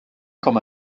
comme